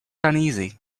uneasy